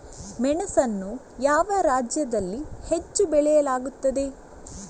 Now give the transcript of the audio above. ಮೆಣಸನ್ನು ಯಾವ ರಾಜ್ಯದಲ್ಲಿ ಹೆಚ್ಚು ಬೆಳೆಯಲಾಗುತ್ತದೆ?